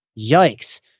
Yikes